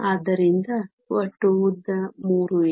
ಆದ್ದರಿಂದ ಒಟ್ಟು ಉದ್ದ 3a